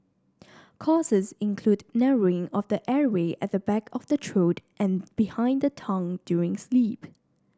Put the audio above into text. causes include narrowing of the airway at the back of the throat and behind the tongue during sleep